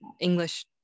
English